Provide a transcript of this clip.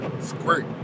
squirt